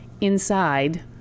inside